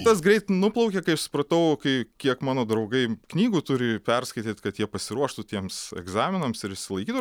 tas greit nuplaukė kai aš supratau kai kiek mano draugai knygų turi perskaityt kad jie pasiruoštų tiems egzaminams ir išsilaikytų